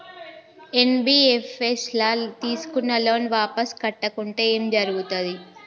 NBFS ల తీస్కున్న loan వాపస్ కట్టకుంటే ఏం జర్గుతది?